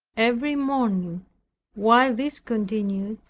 every morning while this continued,